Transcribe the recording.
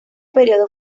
período